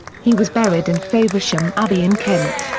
he was buried in faversham abbey in kent,